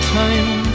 time